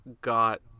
got